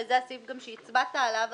וזה גם הסעיף שהצבעת עליו,